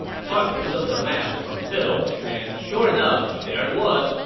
so i pulled up the maps from phil, and sure enough, there it was,